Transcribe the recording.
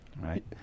right